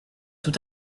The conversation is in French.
tout